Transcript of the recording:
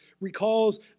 recalls